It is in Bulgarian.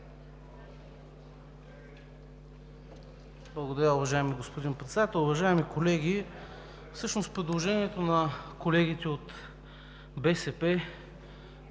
Благодаря, уважаеми господин Председател! Уважаеми колеги, всъщност предложението на колегите от БСП